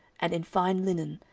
and in fine linen,